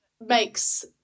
makes